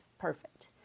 perfect